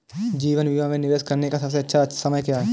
जीवन बीमा में निवेश करने का सबसे अच्छा समय क्या है?